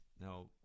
Now